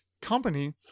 company